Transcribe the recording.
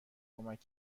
کمک